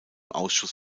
ausschuss